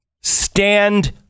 Stand